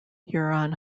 huron